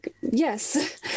Yes